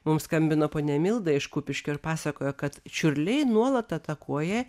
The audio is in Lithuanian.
mums skambino ponia milda iš kupiškio ir pasakojo kad čiurliai nuolat atakuoja